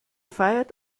feiert